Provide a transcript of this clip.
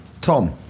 Tom